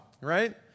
right